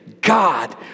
God